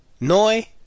Noi